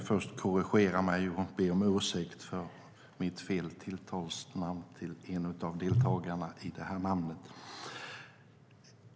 Fru talman!